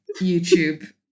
YouTube